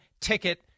ticket